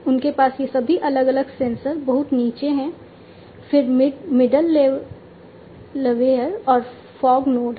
उनके पास ये सभी अलग अलग सेंसर बहुत नीचे हैं फिर मिडलवेयर और फॉग नोड है